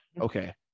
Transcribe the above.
okay